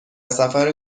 سفر